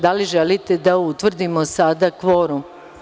Da li želi te da utvrdimo sada kvorum?